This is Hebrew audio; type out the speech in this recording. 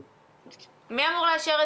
מי אמור לאשר?